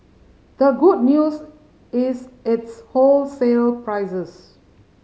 the good news is its wholesale prices